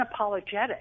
unapologetic